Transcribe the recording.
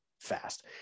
fast